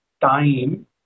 time